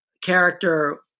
character